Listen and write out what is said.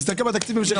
תסתכל בתקציב ההמשכי.